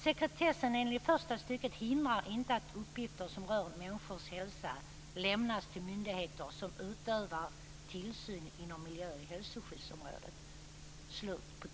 Sekretessen enligt första stycket hindrar inte att uppgifter som rör människors hälsa lämnas till en myndighet som utövar tillsyn inom miljö och hälsoskyddsområdet."